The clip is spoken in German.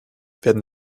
werden